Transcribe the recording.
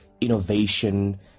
innovation